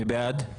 מי בעד?